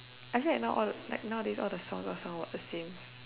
I feel like now all the like nowadays all the songs all sound about the same